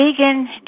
vegan